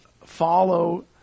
follow